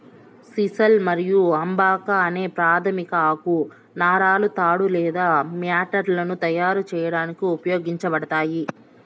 sisal మరియు abaca అనే ప్రాధమిక ఆకు నారలు తాడు లేదా మ్యాట్లను తయారు చేయడానికి ఉపయోగించబడతాయి